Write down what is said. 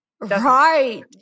Right